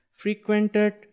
frequented